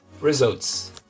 Results